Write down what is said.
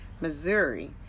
Missouri